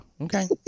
Okay